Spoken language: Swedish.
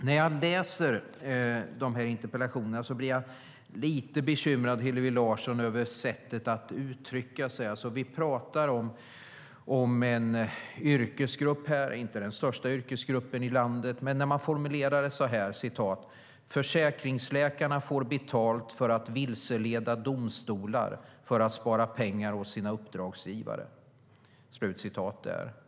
När jag läser de här interpellationerna blir jag lite bekymrad, Hillevi Larsson, över sättet att uttrycka sig. Vi pratar om en yrkesgrupp här, inte den största yrkesgruppen i landet, men den beskrivs så här: "Försäkringsläkarna får betalt för att vilseleda domstolar för att spara pengar åt sina uppdragsgivare."